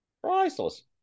Priceless